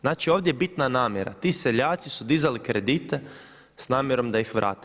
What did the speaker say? Znači ovdje je bitna namjera, ti seljaci su dizali kredite s namjerom da ih vrate.